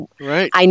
Right